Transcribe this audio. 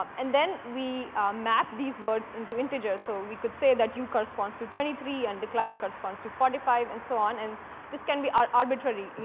um and then we map these words into integers. so we could say that you corresponds to twenty three and declined corresponds to forty five and so on, and this can be arbitrary.